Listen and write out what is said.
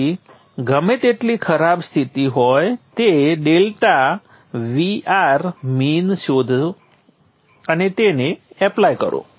તેથી ત્યાં ગમે તેટલી ખરાબ સ્થિતિ હોય તે ડેલ્ટા Vrmin શોધો અને તેને એપ્લાય કરો